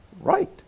right